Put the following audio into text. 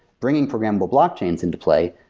bringing programmable blockchains into play,